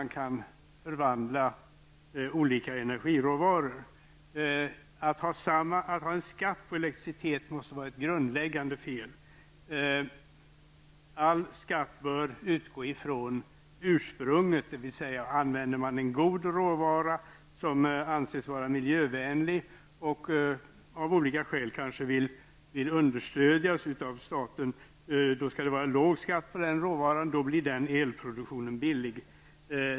Att ha skatt på elektricitet måste vara ett grundläggande fel. All skatt bör utgå på ursprunget. Använder man en god råvara som anses vara miljövänlig som staten av olika skäl kanske vill understödja, skall det vara låg skatt på den råvaran. Då blir den elproduktionen billig.